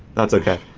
that's okay.